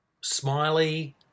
smiley